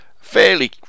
fairly